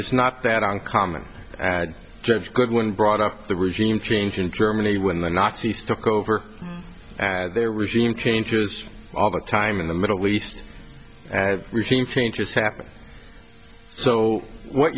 is not that uncommon as dr goodwin brought up the regime change in germany when the nazis took over their regime changes all the time in the middle east as regime change just happened so what